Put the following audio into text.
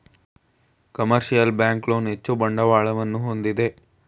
commercial bank loan ಹೆಚ್ಚು ಬಂಡವಾಳವನ್ನು ಹೊಂದಿದೆ